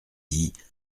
dit